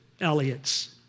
Elliot's